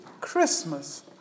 Christmas